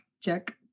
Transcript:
check